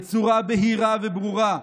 בצורה בהירה וברורה,